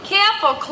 Careful